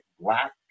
black